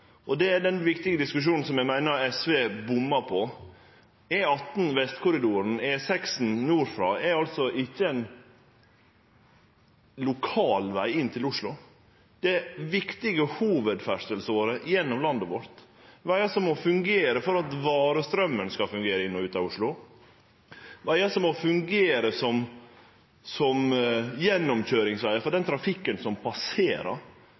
og det er den viktige diskusjonen som eg meiner SV bommar på. E18 Vestkorridoren, E6 nordfrå, er ikkje ein lokal veg inn til Oslo, det er ei viktig hovudferdselsåre gjennom landet vårt – vegar som må fungere for at varestraumen skal fungere inn og ut av Oslo, vegar som må fungere som gjennomkøyringsvegar for den trafikken som passerer.